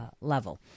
level